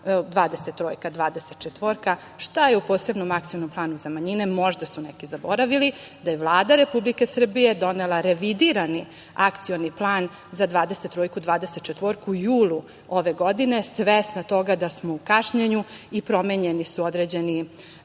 šta je u posebnom Akcionom planu za manjine, možda su neki zaboravili da je Vlada Republike Srbije donela revidirani Akcioni plan za dvadesettrojku, dvadesetčetvorku u julu ove godine, svesna toga da smo u kašnjenju i promenjeni su određeni